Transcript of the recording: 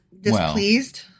displeased